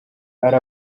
ari